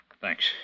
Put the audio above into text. Thanks